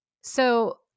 So-